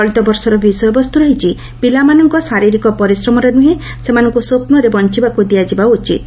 ଚଳିତ ବର୍ଷର ବିଷୟ ବସ୍ତୁ ରହିଛି ପିଲାମାନଙ୍କ ଶାରୀରିକ ପରିଶ୍ରମରେ ନୁହେଁ ସେମାନଙ୍କୁ ସ୍ୱପ୍ନରେ ବଞ୍ଚିବାକୁ ଦିଆଯିବା ଉଚିତ୍